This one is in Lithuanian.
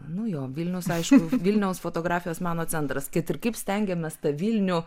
nu jo vilnius aišku vilniaus fotografijos meno centras kad ir kaip stengėmės tą vilnių